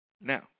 Now